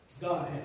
God